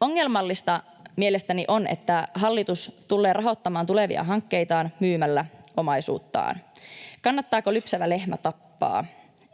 Ongelmallista mielestäni on, että hallitus tulee rahoittamaan tulevia hankkeitaan myymällä omaisuuttaan. Kannattaako lypsävä lehmä tappaa?